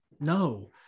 no